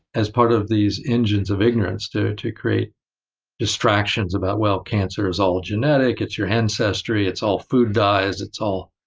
as part of these engines of ignorance to to create distractions about, well, cancer is all genetic. it's your ancestry, it's all food dyes. it's all,